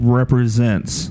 represents